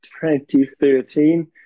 2013